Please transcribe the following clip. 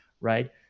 right